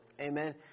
Amen